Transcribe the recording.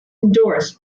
endorsed